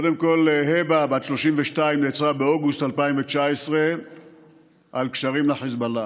קודם כול היבא בת ה-32 נעצרה באוגוסט 2019 על קשרים לחיזבאללה,